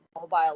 Mobile